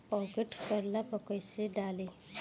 Pocket करेला पर कैसे डाली?